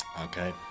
okay